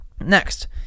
next